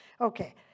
Okay